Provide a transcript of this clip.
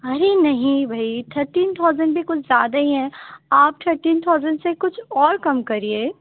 ارے نہیں بھئی thirteen thousand بھی کچھ زیادہ ہی ہیں آپ تھرٹین تھاؤزینڈ سے کچھ اور کم کریے